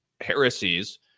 heresies